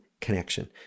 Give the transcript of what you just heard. connection